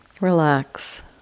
Relax